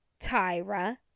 Tyra